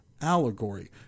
allegory